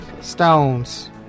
Stones